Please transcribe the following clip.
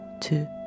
two